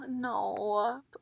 No